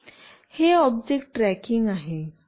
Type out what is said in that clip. हे object tracking आहे